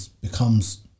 becomes